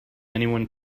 anyone